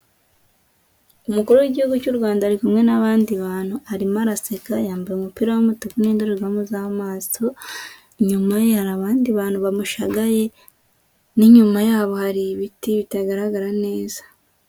Umukuru w'lgihugu cy'u Rwanda ari kumwe n'abandi bantu arimo araseka, yambaye umupira w'umutuku n'indorerwamo z'amaso, inyuma ye hari abandi bantu bamushagaye n'inyuma yabo hari ibiti bitagaragara neza.